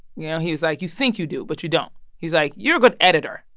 you know, he was like, you think you do, but you don't. he's like, you're a good editor,